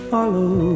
Follow